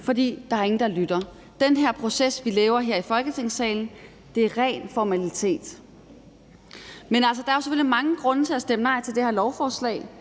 for der er ingen, der lytter. Den her proces, vi laver her i Folketingssalen, er en ren formalitet. Men der er selvfølgelig mange grunde til at stemme nej til det her lovforslag.